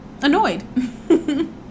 annoyed